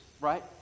right